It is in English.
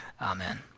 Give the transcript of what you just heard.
amen